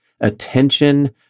attention